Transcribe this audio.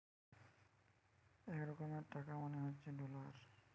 এক রকমের টাকা মানে হচ্ছে ডলার